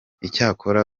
icyakora